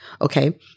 okay